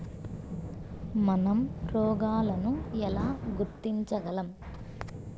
మనం రోగాలను ఎలా గుర్తించగలం?